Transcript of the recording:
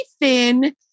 thin